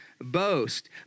boast